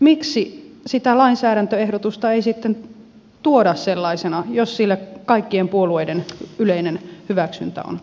miksi sitä lainsäädäntöehdotusta ei sitten tuoda sellaisena jos sille kaikkien puolueiden yleinen hyväksyntä on